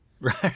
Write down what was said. Right